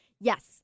Yes